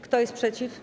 Kto jest przeciw?